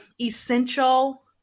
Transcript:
essential